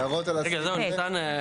הערות על הסעיף הזה?